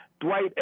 Dwight